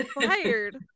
fired